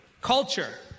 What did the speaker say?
Culture